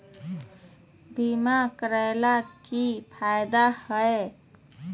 बीमा करैला के की फायदा है?